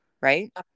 right